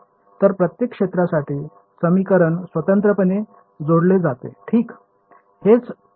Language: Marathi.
तर प्रत्येक क्षेत्रासाठी समीकरण स्वतंत्रपणे सोडवले जाते ठीक